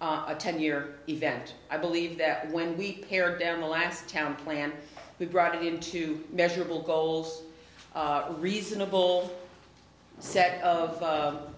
a ten year event i believe that when we pare down the last town plan we brought into measurable goals reasonable set of